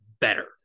better